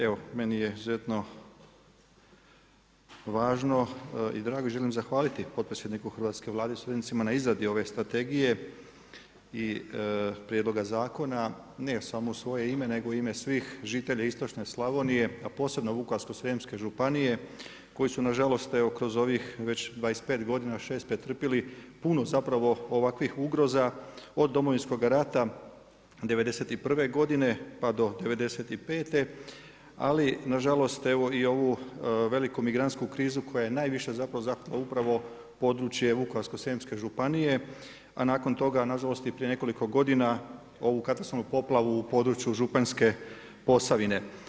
Evo meni je izuzetno važno i drago i želim zahvaliti potpredsjedniku hrvatske Vlade i suradnicima na izradi ove strategije i prijedloga zakona ne samo u svoje ime nego i u ime svih žitelji istočne Slavonije a posebno Vukovarsko-srijemske županije koji su nažalost evo kroz ovih već 26 godina pretrpjeli puno zapravo ovakvih ugroza od Domovinskoga rata '91. godine pa do '95., ali nažalost evo i ovu veliku migrantsku krizu koja je najviše zahvatila upravo područje Vukovarsko-srijemske županije a nakon toga nažalost i prije nekoliko godina ovu katastrofalnu poplavu u području Županjske Posavine.